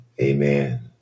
Amen